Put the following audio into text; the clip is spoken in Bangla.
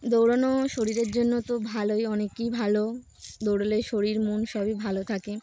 দৌড়ানো শরীরের জন্য তো ভালোই অনেকই ভালো দৌড়লে শরীর মন সবই ভালো থাকে